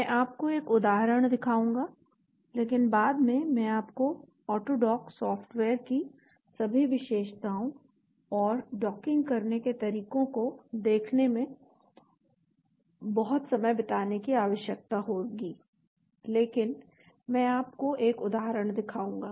मैं आपको एक उदाहरण दिखाऊंगा लेकिन बाद में आपको ऑटोडॉक सॉफ्टवेयर की सभी विशेषताओं और डॉकिंग करने के तरीकों को देखने में बहुत समय बिताने की आवश्यकता होगी लेकिन मैं आपको एक उदाहरण दिखाऊंगा